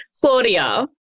Claudia